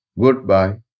goodbye